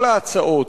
כל ההצעות,